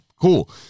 Cool